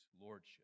lordship